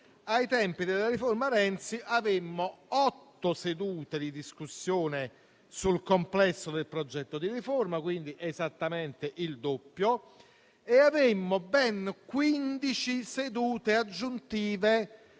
ai tempi della riforma Renzi avemmo otto sedute di discussione sul complesso del progetto di riforma, quindi esattamente il doppio, e ben 15 sedute aggiuntive